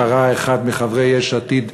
קרא אחד מחברי יש עתיד,